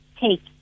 take